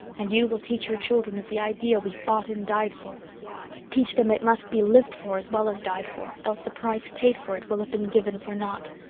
and you will tell your children of the idea we fought and died for teach them it must be lived for as well as died for, else the price paid for it will have been given for nought.